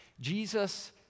Jesus